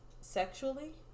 sexually